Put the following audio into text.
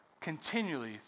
continually